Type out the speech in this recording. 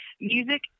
Music